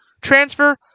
transfer